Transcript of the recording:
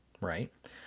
Right